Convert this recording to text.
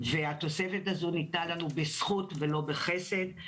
והתוספת הזו ניתנה לנו בזכות ולא בחסד.